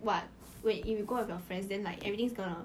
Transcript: what wait if you go out with your friends then like everything's gonna